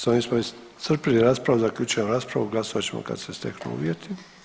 S ovim smo iscrpili raspravu, zaključujem raspravu glasovat ćemo kad se steknu uvjeti.